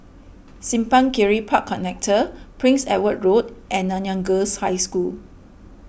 Simpang Kiri Park Connector Prince Edward Road and Nanyang Girls' High School